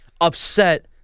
upset